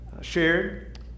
shared